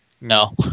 No